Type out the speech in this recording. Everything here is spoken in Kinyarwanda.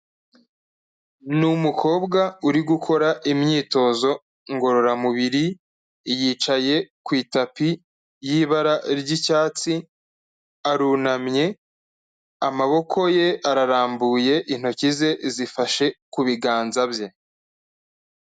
Ni umukobwa uri gukora imyitozo ngororamubiri, yicaye ku itapi y'ibara ry'icyatsi, arunamye amaboko ye ararambuye intoki ze zifashe ku biganza bye.